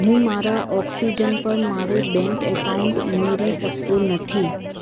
હું મારા ઓક્સિજન પર મારું બેંક એકાઉન્ટ ઉમેરી શકતો નથી